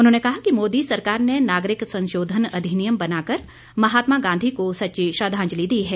उन्होंने कहा कि मोदी सरकार ने नागरिक संशोधन अधिनियम बनाकर महात्मा गांधी को सच्ची श्रद्वांजलि दी है